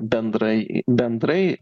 bendrai bendrai